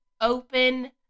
open